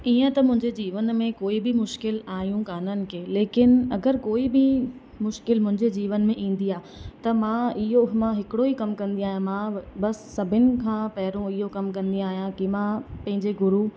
ईअं त मुंहिंजे जीवन में कोई बि मुश्किल आहियूं कोन आहिनि के लेकिन अगरि कोई बि मुश्किल मुंहिंजे जीवन में ईंदी आहे त मां इहो मां हिकिड़ो ई कमु कंदी आहियां मां बस सभिनि खां पहिरों इहो कमु कंदी आहियां कि मां पंहिंजे गुरु